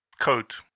coat